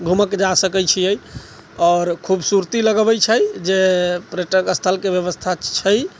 घुमैके जाय सकैत छियै आओर खूबसूरती लगबैत छै जे पर्यटक स्थलके व्यवस्था छै